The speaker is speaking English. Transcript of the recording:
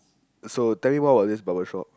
so tell me more about this barber shop